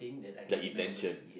that intention